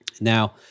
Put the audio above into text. Now